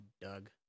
Doug